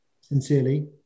sincerely